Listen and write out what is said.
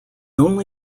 only